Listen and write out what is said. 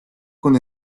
con